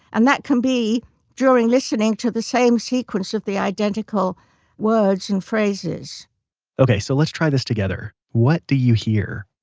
and that can be during listening to the same sequence of the identical words and phrases ok, so let's try this together, what do you hear.